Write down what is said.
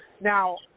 Now